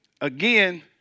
Again